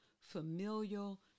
familial